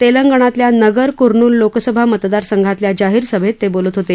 तेलंगणातल्या Nagarkurnool Lok Sabha मतदार संघातल्या जाहीर सभेत ते बोलत होते